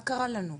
מה קרה לנו?